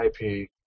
IP